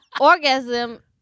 orgasm